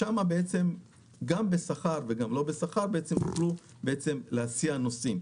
שם בשכר ולא בשכר תוכלו להסיע נוסעים.